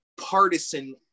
partisan